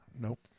Nope